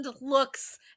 looks